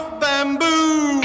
bamboo